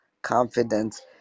confidence